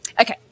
Okay